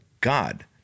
God